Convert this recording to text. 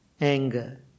anger